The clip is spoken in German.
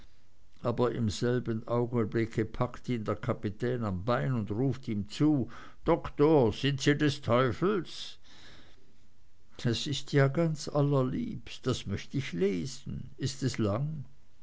aber im selben augenblick packt ihn der kapitän am bein und ruft ihm zu doktor sind sie des teufels das ist ja allerliebst das möcht ich lesen ist es lang